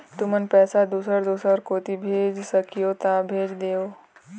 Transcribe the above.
तुमन पैसा दूसर दूसर कोती भेज सखीहो ता भेज देवव?